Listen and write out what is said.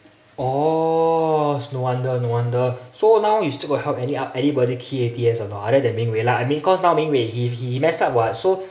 oh no wonder no wonder so now you still got help any o~ anybody key A_T_S or not other than ming wei lah I mean cause now ming wei he he messed up [what] so